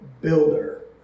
builder